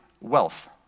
wealth